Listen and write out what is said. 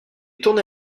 tourné